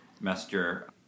Messenger